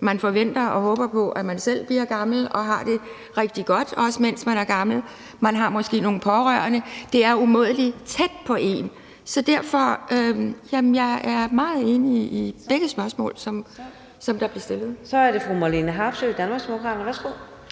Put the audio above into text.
man forventer og håber på, at man selv bliver gammel og har det rigtig godt, også mens man er gammel, og man har måske nogle pårørende. Det er umådelig tæt på en. Så derfor er jeg meget enig i begge spørgsmål, der blev stillet. Kl. 15:23 Fjerde næstformand